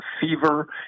fever